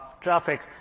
traffic